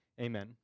Amen